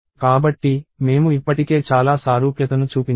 కాబట్టి మేము ఇప్పటికే చాలా సారూప్యతను చూపించాను